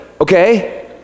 Okay